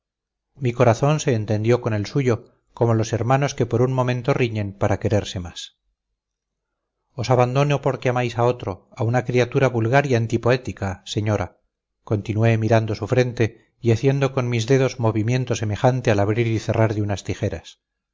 mi corazón se entendió con el suyo como los hermanos que por un momento riñen para quererse más os abandono porque amáis a otro a una criatura vulgar y antipoética señora continué mirando su frente y haciendo con mis dedos movimiento semejante al abrir y cerrar de unas tijeras